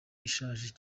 ishaje